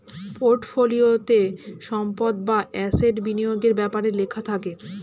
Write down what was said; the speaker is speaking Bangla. পোর্টফোলিওতে সম্পদ বা অ্যাসেট বিনিয়োগের ব্যাপারে লেখা থাকে